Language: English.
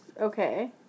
okay